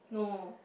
no